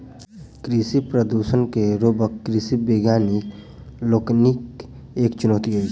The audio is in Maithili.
कृषि प्रदूषण के रोकब कृषि वैज्ञानिक लोकनिक लेल एक चुनौती अछि